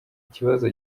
kibazo